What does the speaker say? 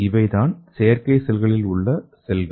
இவைதான் செயற்கை செல்களில் உள்ள செல்கள்